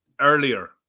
earlier